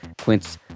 Quince